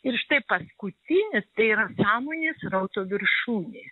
ir štai paskutinis tai yra sąmonės srauto viršūnė